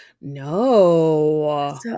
no